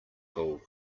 pool